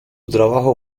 trabajo